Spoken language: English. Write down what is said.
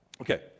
Okay